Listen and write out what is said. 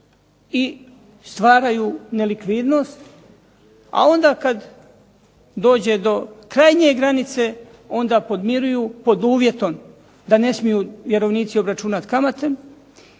i stvaraju nelikvidnost. A onda kada dođe do krajnje granice, onda podmiruju pod uvjetom da ne smiju vjerovnici obračunati kamate.